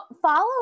Follow